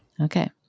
Okay